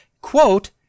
quote